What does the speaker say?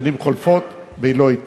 השנים חולפות והיא לא אתנו.